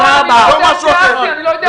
לא,